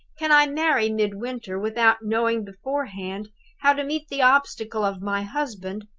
can i marry midwinter, without knowing beforehand how to meet the obstacle of my husband,